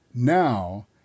Now